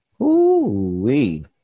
Ooh-wee